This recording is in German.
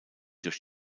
durch